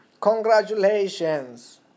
Congratulations